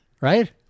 right